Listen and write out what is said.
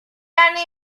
anni